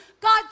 God